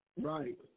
Right